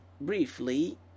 Briefly